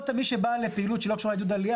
לא תמיד מי שבא לפעילות שלא קשורה לעידוד עלייה,